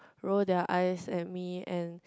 roll their eyes at me and